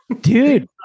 dude